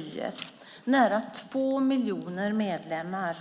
Det är nära två miljoner medlemmar